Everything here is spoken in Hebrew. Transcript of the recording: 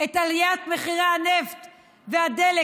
את עליית מחירי הנפט והדלק.